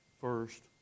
first